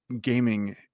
gaming